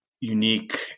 unique